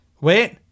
Wait